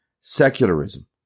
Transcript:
Secularism